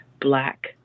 Black